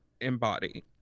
embody